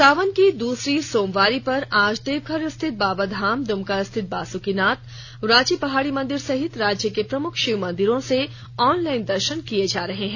सावन की दूसरी सोमवारी पर आज देवघर स्थित बाबाधाम दुमका स्थित बासुकीनाथ रांची पहाड़ी मंदिर सहित राज्य के प्रमुख शिव मंदिरों से ऑनलाइन दर्शन किए जा रहे हैं